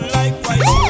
likewise